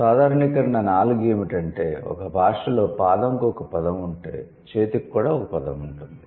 సాధారణీకరణ నాలుగు ఏమిటంటే ఒక భాషలో 'పాదం' కు ఒక పదం ఉంటే 'చేతి'కి కూడా ఒక పదం ఉంటుంది